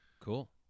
cool